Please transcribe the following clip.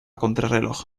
contrarreloj